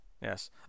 Yes